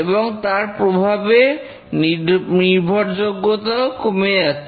এবং তার প্রভাবে নির্ভরযোগ্যতাও কমে যাচ্ছে